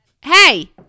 Hey